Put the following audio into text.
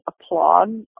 applaud